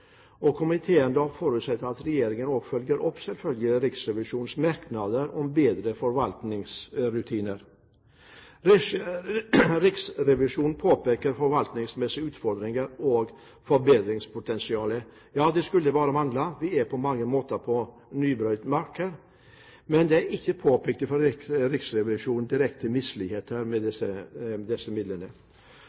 land. Komiteen forutsetter at regjeringen følger opp Riksrevisjonens merknader og bedrer forvaltningsrutinene. Riksrevisjonen påpeker forvaltningsmessige utfordringer og forbedringspotensial. Ja, det skulle bare mangle! Vi er på mange måter på nypløyd mark her, men Riksrevisjonen har ikke påpekt direkte misligheter når det gjelder disse midlene.